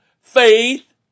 faith